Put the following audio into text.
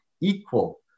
equal